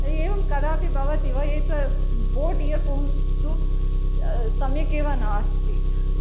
एवं कदापि भवति वा एतद् बोट् इयर्फफ़ोन्स् तु सम्यकेव नास्ति